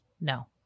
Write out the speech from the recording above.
No